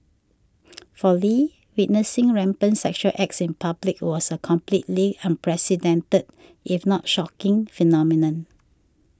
for Lee witnessing rampant sexual acts in public was a completely unprecedented if not shocking phenomenon